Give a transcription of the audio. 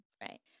Right